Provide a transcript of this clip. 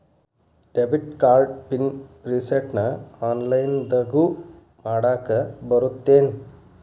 debit card PIN ರಿಸೆಟ್ನ ಆನ್ಲೈನ್ದಗೂ ಮಾಡಾಕ ಬರತ್ತೇನ್